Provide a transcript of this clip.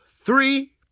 three